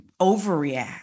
overreact